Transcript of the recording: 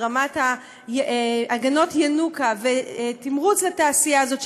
ברמת ההגנות ינוקא ותמרוץ לתעשייה הזאת,